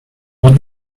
what